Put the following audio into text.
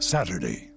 Saturday